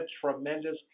tremendous